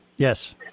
Yes